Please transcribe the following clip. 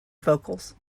vocals